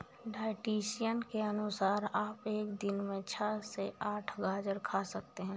dietitian के अनुसार आप एक दिन में छह से आठ गाजर खा सकते हैं